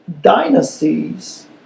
dynasties